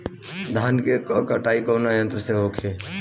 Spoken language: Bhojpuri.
धान क कटाई कउना यंत्र से हो?